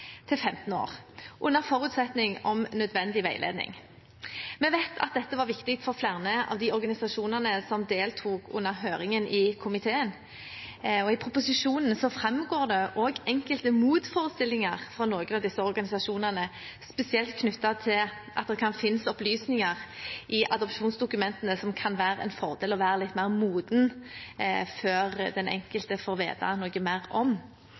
til 15 år under forutsetning om nødvendig veiledning. Vi vet at dette var viktig for flere av de organisasjonene som deltok under høringen i komiteen, og i proposisjonen framkommer det også enkelte motforestillinger fra noen av disse organisasjonene, spesielt knyttet til at det kan finnes opplysninger i adopsjonsdokumentene som det kan være en fordel å være litt mer moden før en får vite noe mer om.